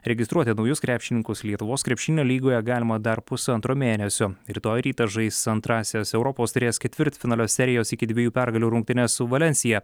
registruoti naujus krepšininkus lietuvos krepšinio lygoje galima dar pusantro mėnesio rytoj rytą žais antrąsias europos taurės ketvirtfinalio serijos iki dviejų pergalių rungtynes su valensija